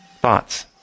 Thoughts